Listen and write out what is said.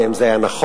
ואם זה היה נכון,